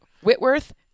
Whitworth